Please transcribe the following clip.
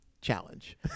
challenge